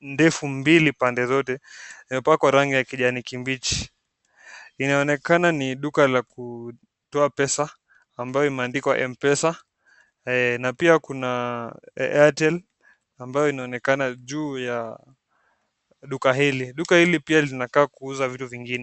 ndefu mbili pande zote imepakwa rangi ya kijani kibichi. Inaonekana ni duka la kutoa pesa ambao ni Mpesa na pia kuna Airtel ambayo inaonekana juu ya duka hili. Duka hili pia linakaa kuuza vitu zingine.